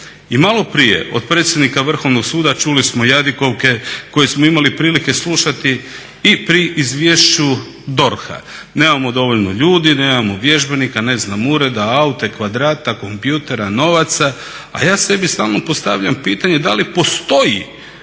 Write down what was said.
I malo prije od predsjednika Vrhovnog suda čuli smo jadikovke koje smo imali prilike slušati i pri izvješću DORH-a. Nemamo dovoljno ljudi, nemamo vježbenika, ne znam ureda, aute, kvadrata, kompjutera, novaca, a ja sebi stalno postavljam pitanje da li postoji